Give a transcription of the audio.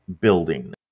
building